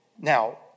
Now